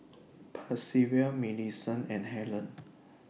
Percival Millicent and Hellen